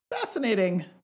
Fascinating